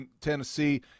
Tennessee